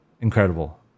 incredible